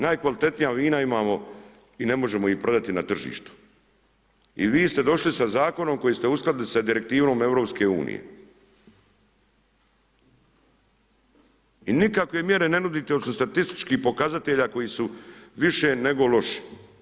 Najkvalitetnija vina imamo i ne možemo ih prodati na tržištu i vi ste došli sa zakonom koji ste uskladili sa direktivom EU i nikakve mjere ne nudite osim statističkih pokazatelja koji su više nego loši.